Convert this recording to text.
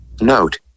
note